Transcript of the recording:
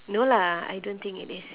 no lah I don't think it is